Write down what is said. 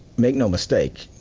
make no mistake,